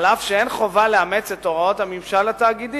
אף שאין חובה לאמץ את הוראות הממשל התאגידי,